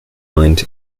mind